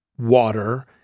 water